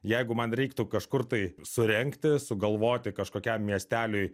jeigu man reiktų kažkur tai surengti sugalvoti kažkokiam miesteliui